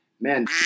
Man